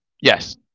Yes